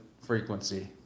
frequency